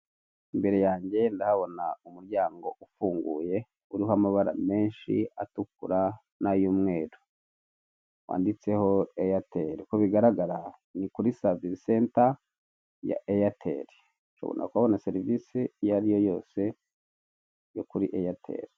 Imbere yanjye ndabona umuryango ufunguye uriho amabara menshi atukura n'ay'umweru wanditseho eyateli, uko bigaragara ni kuri serivise senta ya eyateli, ushobora kubona serivisi iyo ariyo yose yo kuri eyateli.